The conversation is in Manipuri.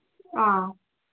ꯑ